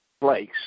place